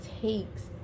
takes